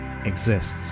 Exists